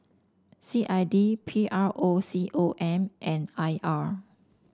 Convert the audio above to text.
C I D P R O C O M and I R